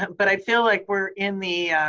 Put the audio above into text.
but i feel like we're in the,